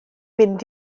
mynd